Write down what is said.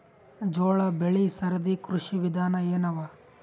ಜೋಳ ಬೆಳಿ ಸರದಿ ಕೃಷಿ ವಿಧಾನ ಎನವ?